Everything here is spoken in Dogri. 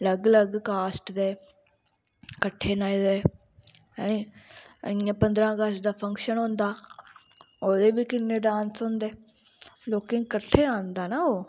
अलग अलग कॉस्ट दे किट्ठे नचदे अ पंदरां अगस्त दा फंक्शन होंदा ओह्दे ई बी किन्ने डांस होंदे लेकिन कट्ठे आंदा ना ओह्